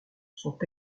sont